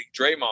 Draymond